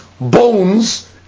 bones